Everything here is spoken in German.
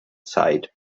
zeit